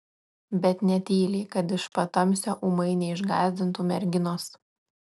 bet ne tyliai kad iš patamsio ūmai neišgąsdintų merginos